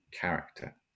character